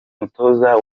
mutoza